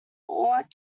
what